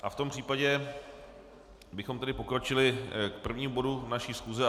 V tom případě bychom tedy pokročili k prvnímu bodu naší schůze.